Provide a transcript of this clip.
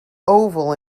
oval